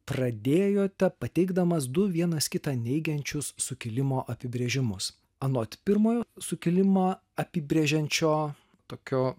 pradėjote pateikdamas du vienas kitą neigiančius sukilimo apibrėžimus anot pirmojo sukilimą apibrėžiančio tokio